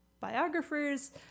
biographers